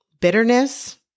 bitterness